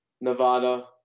Nevada